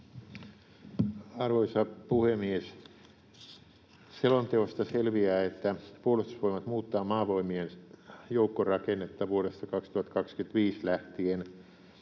Arvoisa puhemies! Selonteosta selviää, että Puolustusvoimat muuttaa Maavoimien joukkorakennetta vuodesta 2025 lähtien